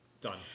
Done